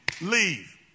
leave